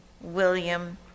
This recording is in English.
William